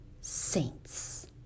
saints